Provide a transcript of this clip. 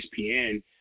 ESPN